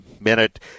minute